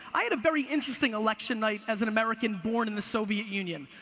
i had a very interesting election night, as an american born in the soviet union.